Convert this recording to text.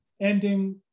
ending